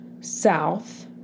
south